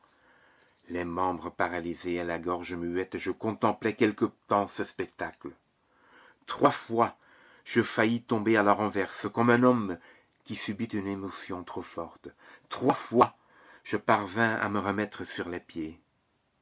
les membres paralysés et la gorge muette je contemplai quelque temps ce spectacle trois fois je faillis tomber à la renverse comme un homme qui subit une émotion trop forte trois fois je parvins à me remettre sur les pieds